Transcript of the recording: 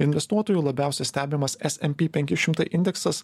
investuotojų labiausiai stebimas es em pi penki šimtai indeksas